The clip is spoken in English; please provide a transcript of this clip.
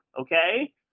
okay